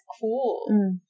cool